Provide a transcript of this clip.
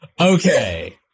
Okay